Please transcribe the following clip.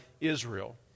Israel